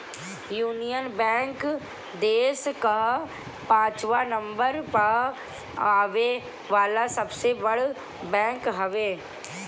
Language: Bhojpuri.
यूनियन बैंक देस कअ पाचवा नंबर पअ आवे वाला सबसे बड़ बैंक हवे